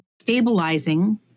stabilizing